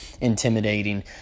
intimidating